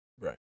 right